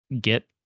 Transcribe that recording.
get